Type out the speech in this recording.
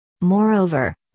Moreover